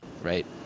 Right